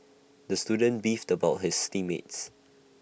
the student beefed about his team mates